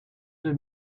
deux